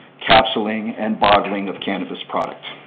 capsuling, and bottling of cannabis product.